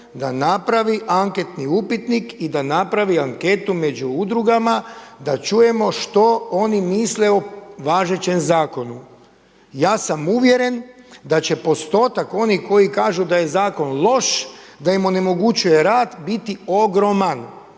da napravi anketni upitnik i da napravi anketu među udrugama da čujemo što oni misle o važećem zakonu. Ja sam uvjeren da će postotak onih koji kažu da je zakon loš, da im onemogućuje rad biti ogroman.